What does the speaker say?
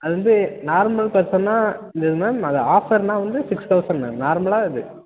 அது வந்து நார்மல் காஸ்டுன்னா இந்த இது மேம் அது ஆஃபர்னா வந்து சிக்ஸ் தௌசண்ட் மேம் நார்மல்லாக இது